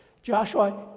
Joshua